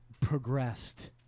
progressed